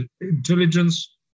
intelligence